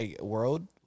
world